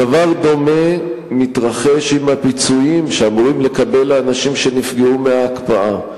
דבר דומה מתרחש עם הפיצויים שאמורים לקבל האנשים שנפגעו מההקפאה.